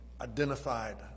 identified